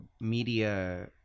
media